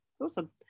awesome